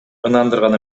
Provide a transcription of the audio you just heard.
ынандырган